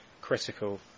critical